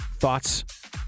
Thoughts